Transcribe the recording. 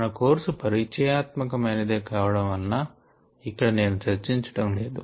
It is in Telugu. మన కోర్సు పరిచయాత్మకమైనదే కావటం వలన ఇక్కడ నేను చర్చించటం లేదు